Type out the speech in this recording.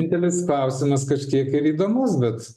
didelis klausimas kažkiek ir įdomus bet